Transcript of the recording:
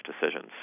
decisions